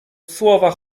słowa